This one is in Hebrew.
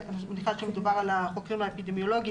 ואני מניחה שמדובר על החוקרים האפידמיולוגיים,